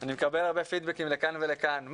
אני מקבל הרבה פידבקים לכאן ולכאן,